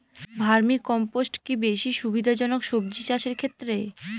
Vermi compost কি বেশী সুবিধা জনক সবজি চাষের ক্ষেত্রে?